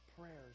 prayers